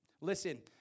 Listen